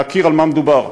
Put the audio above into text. להכיר על מה מדובר,